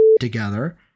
Together